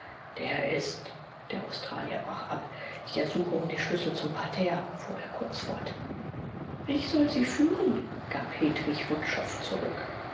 der ist der australier brach ab ich ersuche um die schlüssel zum parterre fuhr er kurz fort ich soll sie führen gab hedwig wutschow zurück